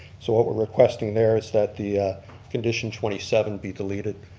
so what we're requesting there is that the condition twenty seven be deleted,